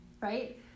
right